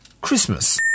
Christmas